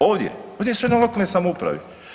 Ovdje, ovdje je sve na lokalnoj samoupravi.